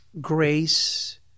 grace